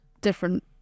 different